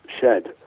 Shed